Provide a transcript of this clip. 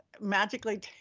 magically